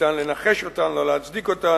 ניתן לנחש אותן, לא להצדיק אותן.